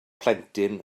plentyn